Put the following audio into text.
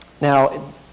Now